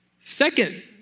Second